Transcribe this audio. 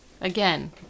again